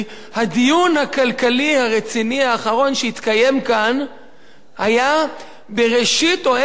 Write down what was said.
הדיון הכלכלי הרציני האחרון שהתקיים כאן היה בראשית או באמצע שנת